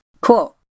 Cool